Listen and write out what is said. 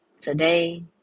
today